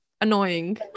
annoying